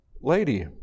lady